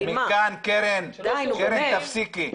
קרן, תפסיקי.